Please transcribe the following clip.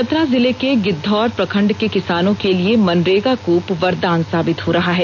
चतरा जिलें के गिद्वौर प्रखंड के किसानों के लिए मनरेगा कूप वरदान साबित हो रहा है